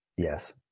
Yes